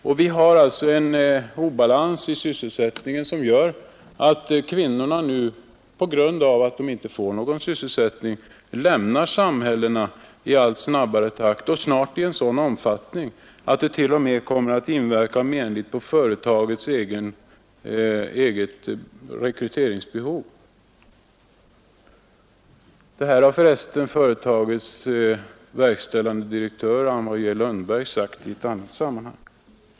Det råder alltså en obalans i sysselsättningen som gör att kvinnorna nu, på grund av att de inte får något arbete, lämnar samhällena i allt snabbare takt och snart i sådan omfattning att det t.o.m. kommer att inverka menligt på gruvföretagets egna rekryteringsmöjligheter. Det har för resten företagets verkställande direktör, envoyé Lundberg, sagt i ett annat sammanhang.